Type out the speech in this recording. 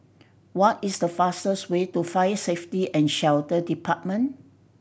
what is the fastest way to Fire Safety And Shelter Department